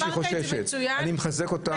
אני מחזק אותה בדברים.